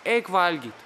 eik valgyt